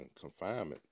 confinement